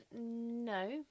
No